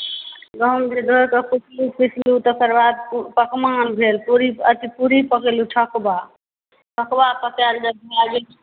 गहूँम जे धोइ कऽ कुटलहुँ पीसलहुँ तकर बाद पकवान भेल पूड़ी अथी पूड़ी पकेलहुँ ठोकबा ठोकबा पकायल जब भाए गेल